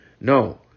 No